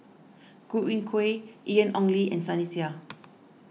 Godwin Koay Ian Ong Li and Sunny Sia